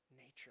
nature